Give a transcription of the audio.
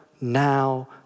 now